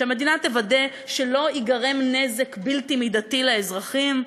שהמדינה תוודא שלא ייגרם נזק בלתי מידתי לאזרחים.